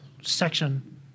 section